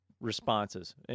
responses